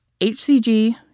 HCG